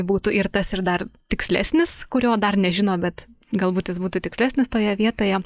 būtų ir tas ir dar tikslesnis kurio dar nežino bet galbūt jis būtų tikslesnis toje vietoje